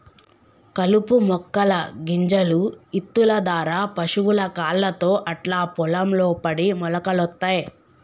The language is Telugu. కలుపు మొక్కల గింజలు ఇత్తుల దారా పశువుల కాళ్లతో అట్లా పొలం లో పడి మొలకలొత్తయ్